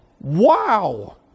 wow